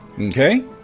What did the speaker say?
Okay